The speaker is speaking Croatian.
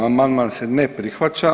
Amandman se ne prihvaća.